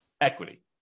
equity